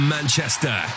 Manchester